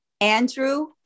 Andrew